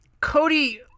Cody